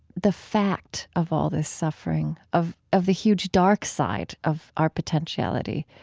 the fact of all this suffering, of of the huge dark side of our potentiality,